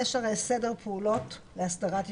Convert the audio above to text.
יש הרי סדר פעולות להסדרת יישוב,